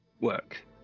work